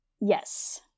Yes